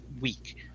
week